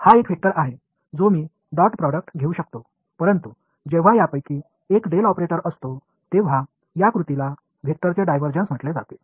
तर हा एक वेक्टर आहे जो मी डॉट प्रोडक्ट घेऊ शकतो परंतु जेव्हा यापैकी एक डेल ऑपरेटर असतो तेव्हा या कृतीला वेक्टरचे डायव्हर्जन्स म्हटले जाते